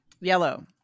Yellow